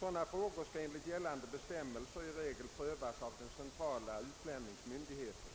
Sådana frågor skall enligt gällande bestämmelser i regel prövas av den centrala utlänningsmyndigheten.